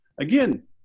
again